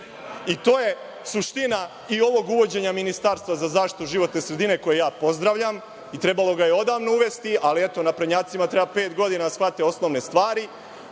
I to je suština i ovog uvođenja ministarstva za zaštitu životne sredine, koje ja pozdravljam i trebalo ga je odavno uvesti, ali, eto, naprednjacima treba pet godina da shvate osnovne stvari. Sa